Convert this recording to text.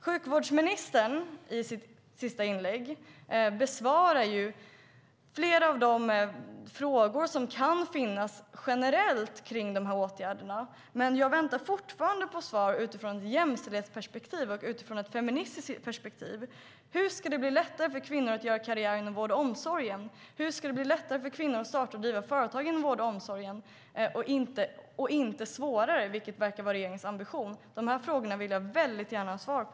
Sjukvårdsministern besvarar i sitt senaste inlägg flera av de frågor som kan ställas generellt kring dessa åtgärder, men jag väntar fortfarande på svar utifrån ett jämställdhetsperspektiv, utifrån ett feministiskt perspektiv. Hur ska det bli lättare för kvinnor att göra karriär inom vården och omsorgen? Hur ska det bli lättare för kvinnor att starta och driva företag inom vården och omsorgen, och inte svårare, vilket verkar vara regeringens ambition? De här frågorna vill jag väldigt gärna ha svar på.